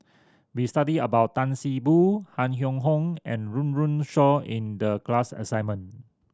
we studied about Tan See Boo Han Yong Hong and Run Run Shaw in the class assignment